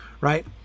right